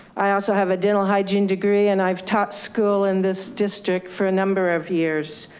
i also have a dental hygiene degree and i've taught school in this district for a number of years.